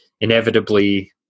inevitably